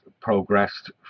progressed